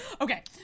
Okay